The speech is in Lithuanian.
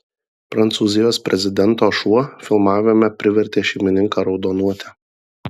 prancūzijos prezidento šuo filmavime privertė šeimininką raudonuoti